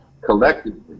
collectively